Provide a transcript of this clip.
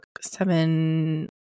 seven